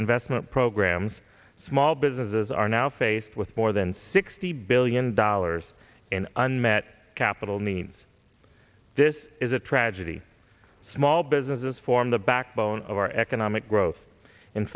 investment programs small businesses are now faced with more than sixty billion dollars in unmet capital needs this is a tragedy small businesses form the backbone of our economic growth in